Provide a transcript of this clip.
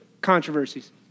controversies